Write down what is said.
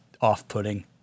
off-putting